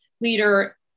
leader